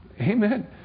Amen